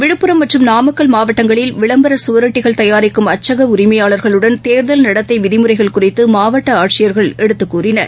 விழுப்புரம் மற்றும் நாமக்கல் மாவட்டங்களில் விளம்பரசுவரொட்டிகள் தயாரிக்கும் அச்சகஉரிமையாளர்களுடன் தேர்தல் நடத்தைவிதிமுறைகள் குறித்துமாவட்டஆட்சியர்கள் எடுத்துக்கூறினர்